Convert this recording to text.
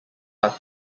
are